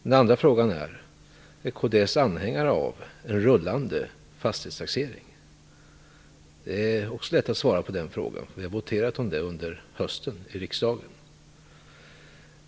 Den andra frågan är: Är kds anhängare av en rullande fastighetstaxering? Det är också lätt att svara på den frågan. Det är voterat om det under hösten här i riksdagen.